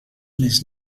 més